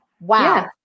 Wow